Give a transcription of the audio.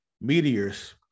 meteors